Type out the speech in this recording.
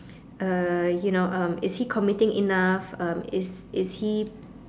uh you know um is he committing enough um is is he